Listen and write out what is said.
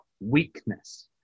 weakness